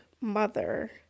mother